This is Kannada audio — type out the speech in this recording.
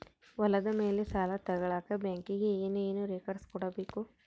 ಹೊಲದ ಮೇಲೆ ಸಾಲ ತಗಳಕ ಬ್ಯಾಂಕಿಗೆ ಏನು ಏನು ರೆಕಾರ್ಡ್ಸ್ ಕೊಡಬೇಕು?